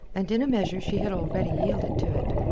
and in a measure she had already yielded to it.